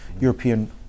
European